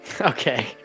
Okay